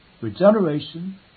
regeneration